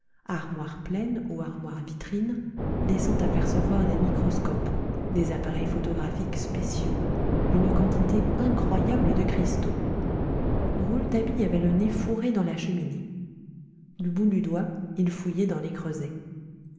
armoires pleines ou armoires vitrines laissant apercevoir des microscopes des appareils photographiques spéciaux une quantité incroyable de cristaux rouletabille avait le nez fourré dans la cheminée du bout du doigt il fouillait dans les creusets